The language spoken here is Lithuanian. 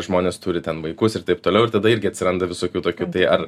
žmonės turi ten vaikus ir taip toliau ir tada irgi atsiranda visokių tokių tai ar